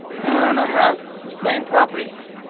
and i have the same properties here.